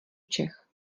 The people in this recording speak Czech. čech